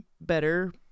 better